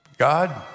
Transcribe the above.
God